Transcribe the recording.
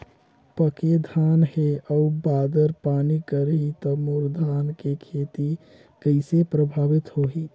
पके धान हे अउ बादर पानी करही त मोर धान के खेती कइसे प्रभावित होही?